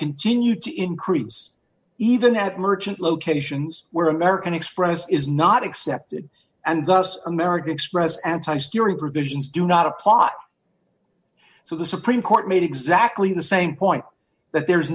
continued to increase even at merchant locations where american express is not accepted and thus american express and times during provisions do not a plot so the supreme court made exactly the same point that there is